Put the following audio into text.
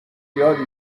زیادی